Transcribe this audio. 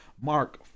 Mark